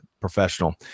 professional